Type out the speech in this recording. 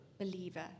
believer